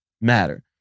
matter